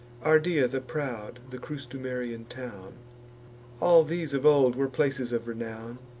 ardea the proud, the crustumerian town all these of old were places of renown.